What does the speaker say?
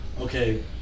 okay